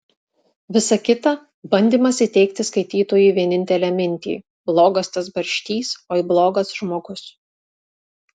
visa kita bandymas įteigti skaitytojui vienintelę mintį blogas tas barštys oi blogas žmogus